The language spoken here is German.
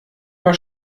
mal